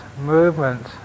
movement